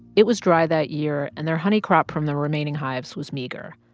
it was dry that year, and their honey crop from the remaining hives was meager.